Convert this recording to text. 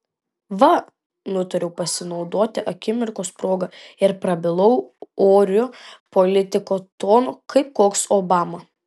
va nutariau pasinaudoti akimirkos proga ir prabilau oriu politiko tonu kaip koks obama